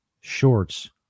shorts